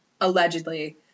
allegedly